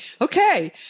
okay